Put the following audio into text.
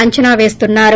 అంచనా పేస్తున్నారు